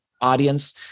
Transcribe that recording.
audience